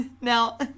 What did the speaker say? Now